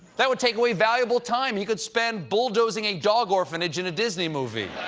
that would take away valuable time he could spend bulldozing a dog orphanage in a disney movie.